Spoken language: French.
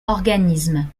organismes